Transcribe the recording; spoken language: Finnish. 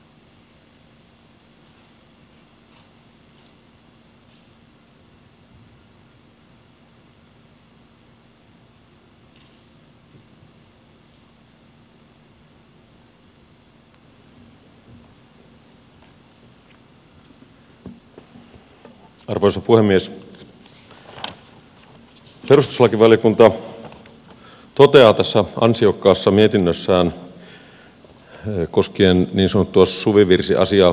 perustuslakivaliokunta toteaa tässä ansiokkaassa mietinnössään koskien niin sanottua suvivirsi asiaa seuraavaa